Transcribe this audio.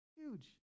Huge